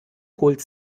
holt